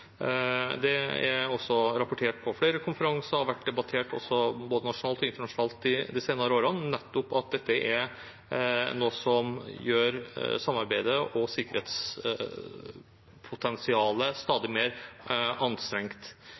Det er rapportert på flere konferanser, og det har vært debattert også både nasjonalt og internasjonalt de senere årene nettopp at dette er noe som gjør samarbeidet og sikkerhetspotensialet stadig mer anstrengt.